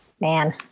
man